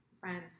friends